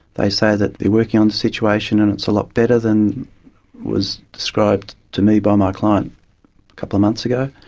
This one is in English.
they say that they are working on the situation and it's a lot better than was described to me by my client a couple of months ago.